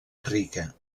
rica